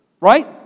right